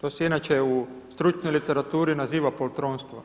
to se inače u stručnoj literaturi naziva poltronstvo.